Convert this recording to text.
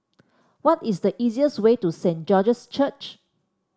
what is the easiest way to Saint George's Church